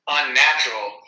unnatural